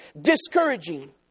discouraging